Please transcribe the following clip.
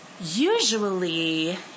Usually